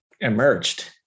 emerged